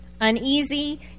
uneasy